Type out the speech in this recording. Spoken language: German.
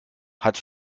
hat